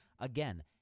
Again